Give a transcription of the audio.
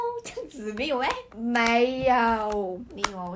but then 他老 lah 不是算老 lah but for us is 老